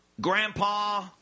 Grandpa